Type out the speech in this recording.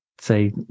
say